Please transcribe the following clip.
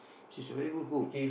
she's a very good cook